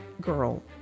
girl